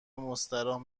مستراح